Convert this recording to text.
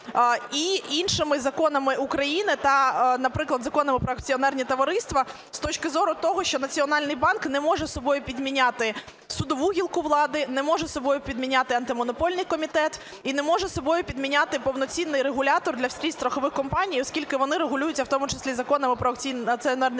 і іншими законами України та, наприклад, Законом "Про акціонерні товариства" з точки зору того, що Національний банк не може собою підміняти судову гілку влади, не може собою підміняти Антимонопольний комітет і не може собою підміняти повноцінний регулятор для всіх страхових компаній, оскільки вони регулюються в тому числі і Законом "Про акціонерні товариства"